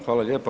Hvala lijepo.